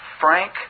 frank